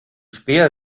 späher